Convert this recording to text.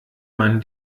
man